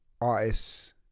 artists